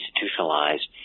institutionalized